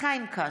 חיים כץ,